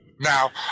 Now